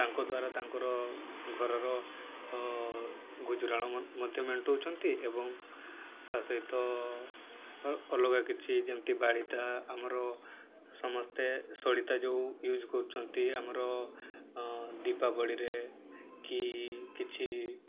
ତାଙ୍କ ଦ୍ୱାରା ତାଙ୍କର ଘରର ଗୁଜୁରାଣ ମଧ୍ୟ ମେଣ୍ଟଉଛନ୍ତି ଏବଂ ତା ସହିତ ଅଲଗା କିଛି ଯେମିତି ବାଡ଼ିତା ଆମର ସମସ୍ତେ ସଡ଼ିତା ଯେଉଁ ୟୁଜ କରୁଛନ୍ତି ଆମର ଦୀପାବଳିରେ କି କିଛି